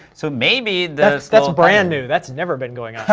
so maybe that's that's brand new, that's never been going on.